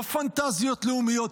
לא פנטזיות לאומיות,